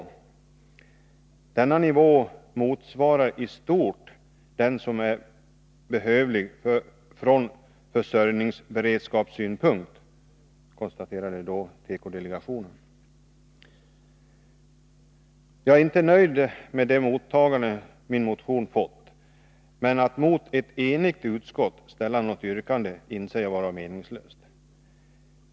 Delegationen konstaterade också: ”Denna nivå motsvarar i stort den som är behövlig från försörjningsberedskapssynpunkt.” .Jagärinte nöjd med det mottagande som vår motion har fått, men jag inser att det är meningslöst att mot ett enigt utskott ställa något yrkande.